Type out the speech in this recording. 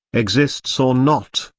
exists or not,